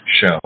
show